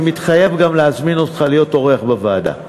אני מתחייב גם להזמין אותך להיות אורח בוועדה.